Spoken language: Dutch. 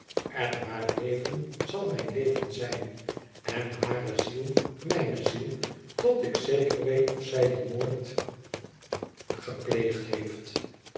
en haar leven zal mijn leven zijn en hare ziel mijne ziel tot ik zeker weet of zij dien moord gepleegd heeft